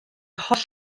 holl